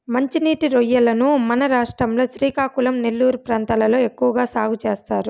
మంచి నీటి రొయ్యలను మన రాష్ట్రం లో శ్రీకాకుళం, నెల్లూరు ప్రాంతాలలో ఎక్కువ సాగు చేస్తారు